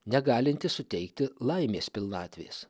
negalinti suteikti laimės pilnatvės